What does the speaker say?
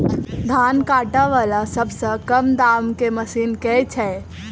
धान काटा वला सबसँ कम दाम केँ मशीन केँ छैय?